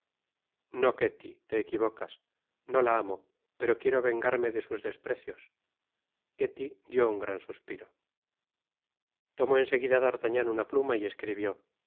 no ketty te equivocas no la amo pero quiero vengarme de sus desprecios ketty dió un gran suspiro tomó en seguida d'artagnan una pluma y escribió